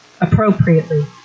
appropriately